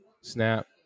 Snap